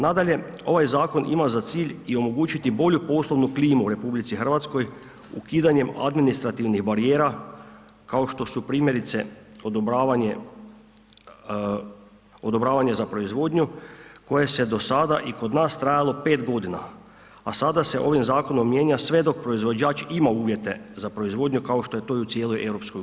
Nadalje, ovaj zakon ima za cilj i omogućiti bolju poslovnu klimu u RH ukidanjem administrativnih barijera kao što su primjerice odobravanje za proizvodnju koja je do sada i kod nas trajalo 5 g. a sada se ovim zakonom mijenja sve dok proizvođač ima uvjete za proizvodnju kao što to i u cijeloj EU.